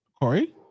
Corey